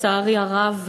לצערי הרב,